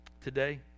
Today